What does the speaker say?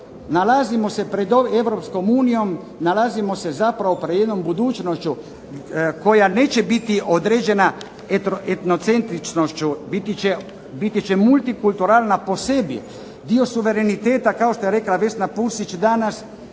nalazimo se pred Europskom unijom, nalazimo se pred jednom budućnošću koja neće biti određena etno centričnošću, biti će multikulturalna po sebi. Dio suvereniteta kao što je rekla Vesna Pusić danas,